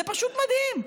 זה פשוט מדהים.